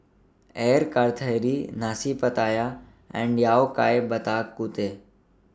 Air Karthira Nasi Pattaya and Yao Cai Bak Kut Teh